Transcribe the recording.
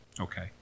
Okay